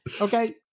Okay